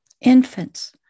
infants